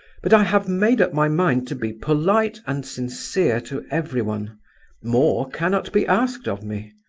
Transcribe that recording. but i have made up my mind to be polite and sincere to everyone more cannot be asked of me.